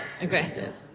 aggressive